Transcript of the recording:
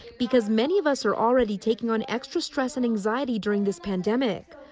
because many of us are already taking on extra stress and anxiety during this pandemic.